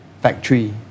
factory